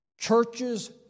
Churches